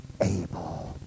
able